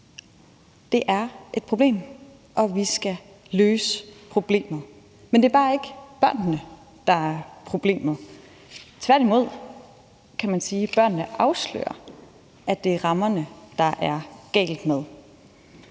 Det er et problem, og vi skal løse problemet. Men det er bare ikke børnene, der er problemet.Tværtimod, kan man sige. Børnene afslører, at det er rammerne, der er noget galt med.